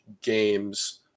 games